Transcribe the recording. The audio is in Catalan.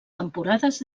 temporades